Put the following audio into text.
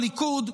הליכוד,